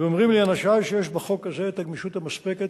ואומרים לי אנשי שיש בחוק הזה את הגמישות המספקת